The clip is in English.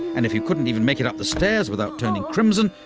and if you couldn't even make it up the stairs without turning crimson,